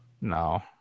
No